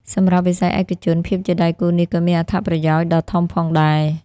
សម្រាប់វិស័យឯកជន ភាពជាដៃគូនេះក៏មានអត្ថប្រយោជន៍ដ៏ធំផងដែរ។